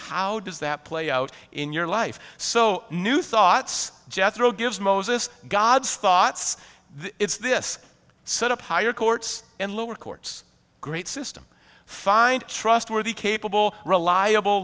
how does that play out in your life so new thoughts jethro gives moses god's thoughts it's this set up higher courts and lower courts great system find trustworthy capable reliable